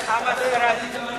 חבר הכנסת דניאל בן-סימון,